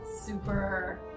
super